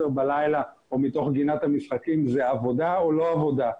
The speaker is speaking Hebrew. בלילה או מתוך גינת המשחקים זו עבודה או לא עבודה?